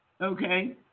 Okay